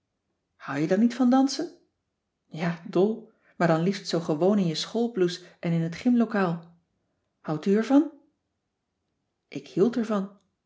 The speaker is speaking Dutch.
hou je dan niet van dansen ja dol maar dan liefst zoo gewoon in je school blouse en in t gym lokaal houdt u ervan ik hield ervan